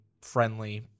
friendly